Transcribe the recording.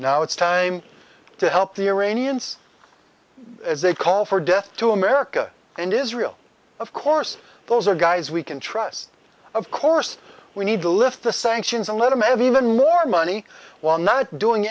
now it's time to help the iranians as they call for death to america and israel of course those are guys we can trust of course we need to lift the sanctions and let him have even more money while not doing